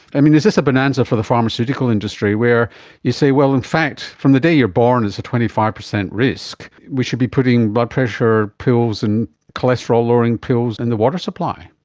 and is this a bonanza for the pharmaceutical industry where you say, well, in fact from the day you're born it's a twenty five percent risk, we should be putting blood pressure pills and cholesterol-lowering pills in the water supply?